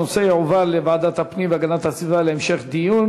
הנושא יועבר לוועדת הפנים והגנת הסביבה להמשך דיון.